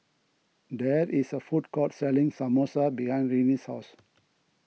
there is a food court selling Samosa behind Renee's house